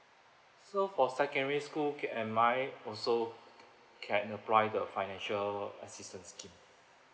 so for secondary school ca~ am I also can apply the financial assistance scheme